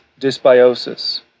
dysbiosis